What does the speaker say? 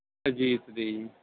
Ajit ਦੀ